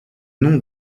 nom